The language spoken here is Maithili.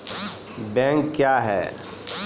बैंक क्या हैं?